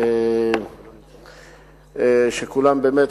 שכולם באמת,